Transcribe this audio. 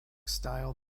style